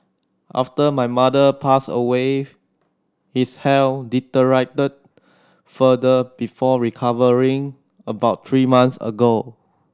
after my mother passed away his health deteriorated further before recovering about three months ago